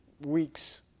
weeks